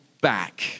back